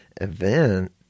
event